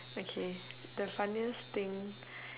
okay the funniest thing